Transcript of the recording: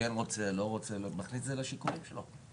כן רוצה, לא רוצה, מכניס את זה לשיקולים שלו.